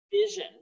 vision